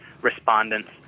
respondents